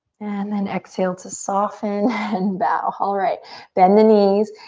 and then exhale to soften and bow. alright, bend the knees,